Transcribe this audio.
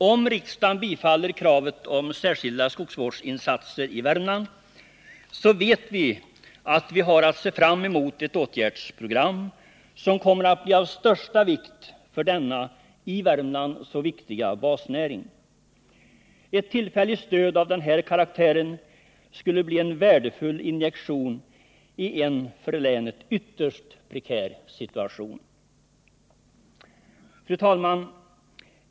Om riksdagen bifaller kravet på särskilda skogsvårdsinsatser i Värmland, så vet vi att vi har att se fram emot ett åtgärdsprogram som kommer att bli av största vikt för denna i Värmland så viktiga basnäring. Ett tillfälligt stöd av den här karaktären skulle bli en värdefull injektion i en för länet ytterst prekär situation. Fru talman!